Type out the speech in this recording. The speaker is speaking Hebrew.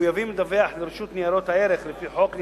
שמחויבים לדווח לרשות ניירות הערך לפי חוק,